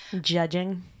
judging